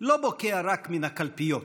לא בוקע רק מן הקלפיות.